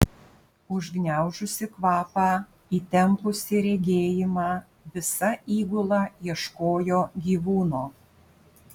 užgniaužusi kvapą įtempusi regėjimą visa įgula ieškojo gyvūno